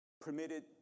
permitted